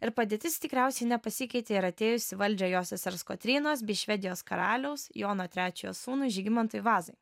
ir padėtis tikriausiai nepasikeitė ir atėjus į valdžią jos sesers kotrynos bei švedijos karaliaus jono trečiojo sūnui žygimantui vazai